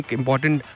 important